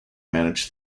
manage